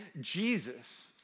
Jesus